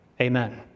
amen